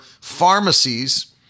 pharmacies